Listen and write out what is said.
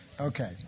Okay